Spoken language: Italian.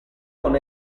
con